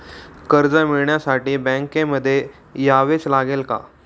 कर्ज मिळवण्यासाठी बँकेमध्ये यावेच लागेल का?